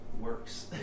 works